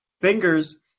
fingers